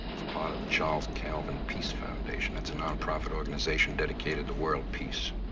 it's part of the charles calvin peace foundation. it's a nonprofit organization dedicated to world peace.